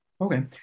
Okay